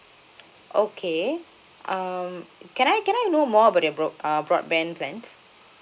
okay um can I can I know more about your broad uh broadband plans